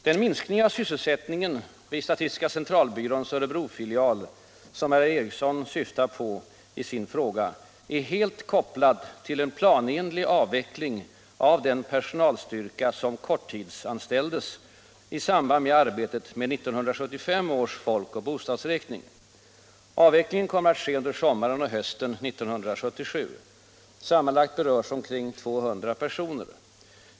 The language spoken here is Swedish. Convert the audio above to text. Den minskning av sysselsättningen vid statistiska centralbyråns Örebrofilial som herr Ericson syftar på i sin fråga är helt kopplad till en planenlig avveckling av den personalstyrka som korttidsanställdes i samband med arbetet med 1975 års folkoch bostadsräkning. Avvecklingen kommer att ske under sommaren och hösten 1977. Sammanlagt berörs omkring 200 personer.